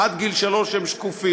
עד גיל שלוש הם שקופים.